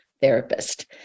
therapist